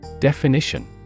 Definition